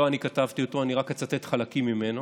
לא אני כתבתי אותו, אני רק אצטט חלקים ממנו.